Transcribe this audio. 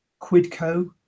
Quidco